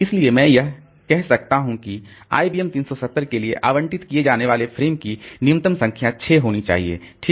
इसलिए मैं कह सकता हूं कि आईबीएम 370 के लिए आवंटित किए जाने वाले फ्रेम की न्यूनतम संख्या 6 होनी चाहिए ठीक